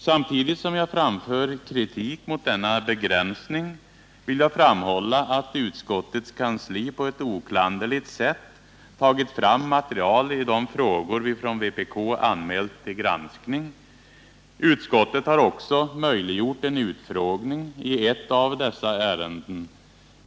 Samtidigt som jag framför kritik mot denna begränsning vill jag framhålla att utskottets kansli på ett oklanderligt sätt tagit fram material i de frågor som vi från vpk anmält till granskning. Utskottet har också möjliggjort en utfrågning i ett av dessa ärenden.